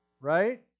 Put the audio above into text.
right